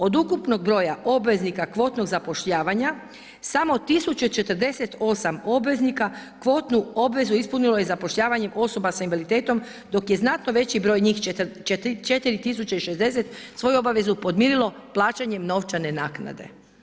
Od ukupnog broja obveznika kvotnog zapošljavanja samo 1048 obveznika kvotnu obvezu ispunilo je zapošljavanjem osoba s invaliditetom, dok je znatno veći broj njih, 4060 svoju obavezu podmirilo plaćanjem novčane naknade.